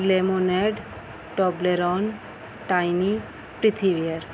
lemonade Toblerone tiny Perth wear